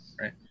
right